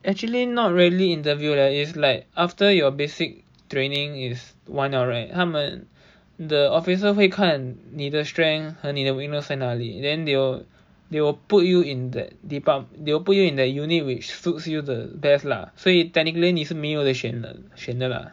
actually not really interview leh is like after your basic training is 完了 right 他们 the officer 会看你的 strength 和你的 weakness 在哪里 then they will they will put you in that they will put you in that unit which suits you the best lah 所以 technically 你是没有的选的啦